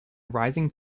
rising